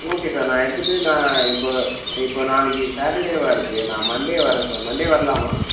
okay sir நான் எடுத்துட்டு நான் இப்போ இப்போ நாளைக்கு சாட்டர்டேவாக இருக்குது நான் மண்டே வர்றேன் சார் மண்டே வரலாமா